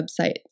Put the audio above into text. website